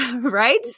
right